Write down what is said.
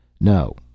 No